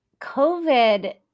COVID